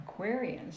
Aquarians